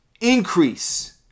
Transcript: increase